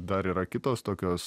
dar yra kitos tokios